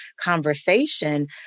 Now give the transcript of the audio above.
conversation